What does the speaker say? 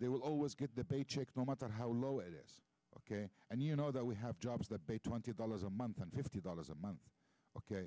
they will always get the paycheck no matter how low it is ok and you know that we have jobs that pay twenty dollars a month and fifty dollars a month ok